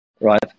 right